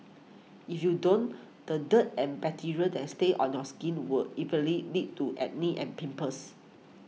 if you don't the dirt and bacteria that a stays on your skin will evenly lead to acne and pimples